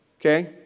Okay